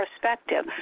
perspective